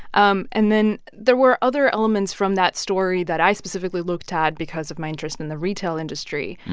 um and then there were other elements from that story that i specifically looked at because of my interest in the retail industry.